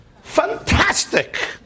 Fantastic